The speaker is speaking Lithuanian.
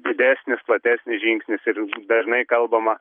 didesnis platesnis žingsnis ir dažnai kalbama